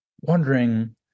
wondering